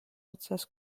otsas